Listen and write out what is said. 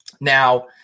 Now